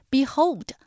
Behold